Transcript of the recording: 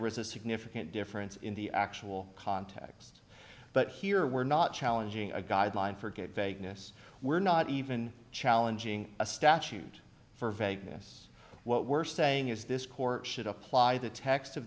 was a significant difference in the actual context but here we're not challenging a guideline for good vagueness we're not even challenging a statute for vagueness what we're saying is this court should apply the text of